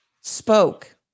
spoke